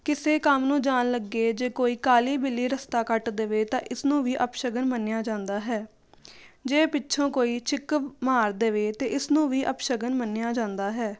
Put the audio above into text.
ਕਿਸੇ ਕੰਮ ਨੂੰ ਜਾਣ ਲੱਗੇ ਜੇ ਕੋਈ ਕਾਲੀ ਬਿੱਲੀ ਰਸਤਾ ਕੱਟ ਦੇਵੇ ਤਾਂ ਇਸਨੂੰ ਵੀ ਅਪਸ਼ਗਨ ਮੰਨਿਆ ਜਾਂਦਾ ਹੈ ਜੇ ਪਿੱਛੋਂ ਕੋਈ ਛਿੱਕ ਮਾਰ ਦੇਵੇ ਤਾਂ ਇਸਨੂੰ ਵੀ ਅਪਸ਼ਗਨ ਮੰਨਿਆ ਜਾਂਦਾ ਹੈ